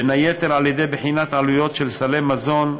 בין היתר על-ידי בחינת עלויות של סלי מזון,